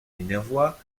minervois